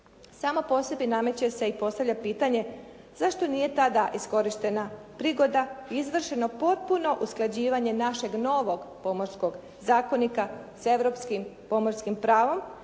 Samo po sebi nameće se i postavlja pitanje zašto nije tada iskorištena prigoda i izvršeno potpuno usklađivanje našeg novog Pomorskog zakonika s europskim pomorskim pravom,